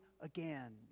again